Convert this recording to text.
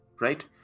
right